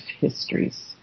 histories